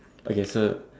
okay so